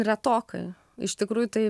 retokai iš tikrųjų tai